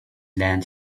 land